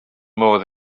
modd